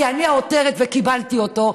כי אני העותרת וקיבלתי אותו,